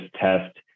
test